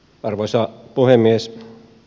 arvoisa puhemies